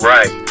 Right